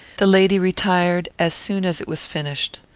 the lady retired as soon as it was finished.